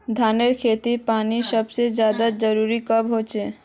धानेर खेतीत पानीर सबसे ज्यादा जरुरी कब होचे?